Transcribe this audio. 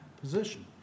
position